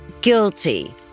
Guilty